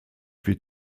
wird